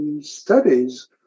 studies